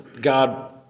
God